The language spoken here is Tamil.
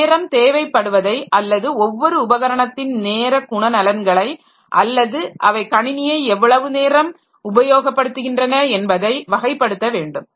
நேரம் தேவைப்படுவதை அல்லது ஒவ்வொரு உபகரணத்தின் நேர குணநலன்களை அல்லது அவை கணினியை எவ்வளவு நேரம் உபயோகப்படுத்துகின்றன என்பதை வகைப்படுத்த வேண்டும்